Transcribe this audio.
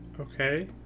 Okay